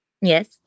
Yes